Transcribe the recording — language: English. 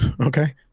okay